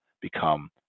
become